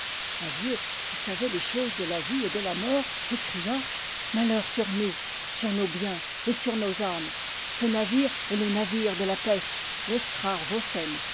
un vieux qui savait les choses de la vie et de la mort s'écria malheur sur nous sur nos biens et sur nos âmes ce navire est le navire de la peste lestr ar